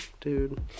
Dude